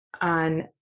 on